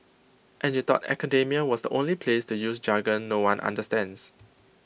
and you thought academia was the only place to use jargon no one understands